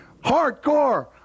hardcore